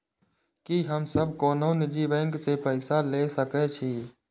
की हम सब कोनो निजी बैंक से पैसा ले सके छी?